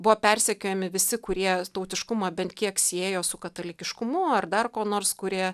buvo persekiojami visi kurie tautiškumą bent kiek siejo su katalikiškumu ar dar kuo nors kurie